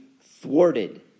thwarted